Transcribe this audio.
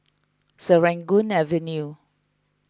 Serangoon Avenue